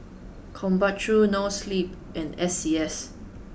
Krombacher Noa Sleep and S C S